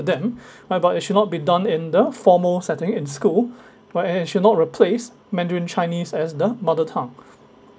then my but it should not be done in the formal setting in school whereas it should not replace mandarin chinese as the mother tongue